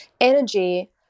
energy